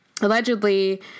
Allegedly